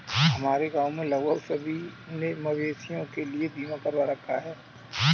हमारे गांव में लगभग सभी ने मवेशियों के लिए बीमा करवा रखा है